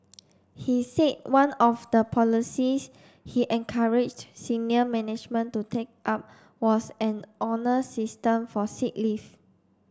he said one of the policies he encouraged senior management to take up was an honour system for sick leave